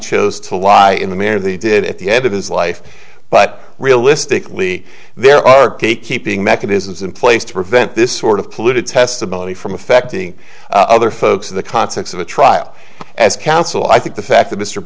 chose to lie in the manner of the did at the end of his life but realistically there are key keeping mechanisms in place to prevent this sort of polluted testimony from affecting other folks in the context of a trial as counsel i think the fact that